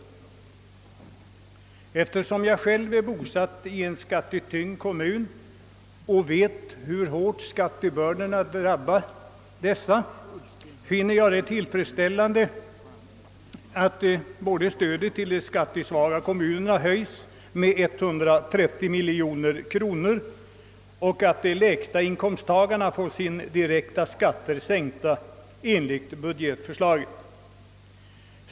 Eftersom jag själv är bosatt i en skattetyngd kommun och vet hur hårt skattebördorna drabbar dessa finner jag det tillfredsställande, att enligt budgetförslaget stödet till de skattesvaga kommunerna höjs med 130 miljoner kronor och att de lägsta inkomsttagarna får den direkta skatten sänkt.